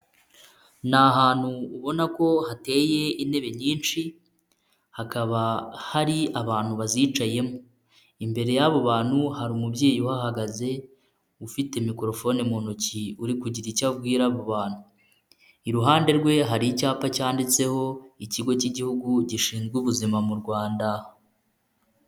Ni ahantu ubona ko hateye intebe nyinshi, hakaba hari abantu bazicayemo, imbere y'abo bantu hari umubyeyi uhagaze, ufite mikorofone mu ntoki, uri kugira icyo abwira abo bantu, iruhande rwe hari icyapa cyanditseho, ikigo cy'igihugu gishinzwe ubuzima mu Rwanda.